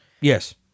yes